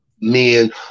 men